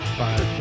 five